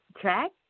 track